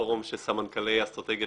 פורום של סמנכ"לי האסטרטגיה,